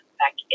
back